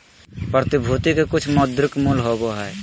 प्रतिभूति के कुछ मौद्रिक मूल्य होबो हइ